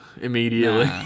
immediately